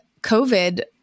COVID